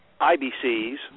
IBCs